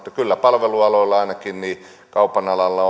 kyllä palvelualoilla ainakin kaupan alalla